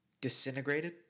disintegrated